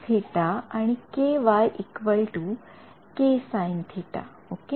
kcosӨ आणि ky ksinӨ okay